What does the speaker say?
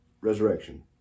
resurrection